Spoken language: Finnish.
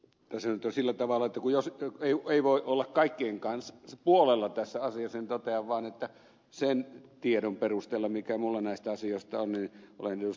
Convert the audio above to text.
tässä nyt on sillä tavalla että kun ei voi olla kaikkien puolella tässä asiassa niin totean vain että sen tiedon perusteella mikä minulla näistä asioista on olen ed